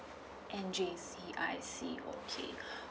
and J_C I see okay